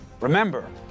Remember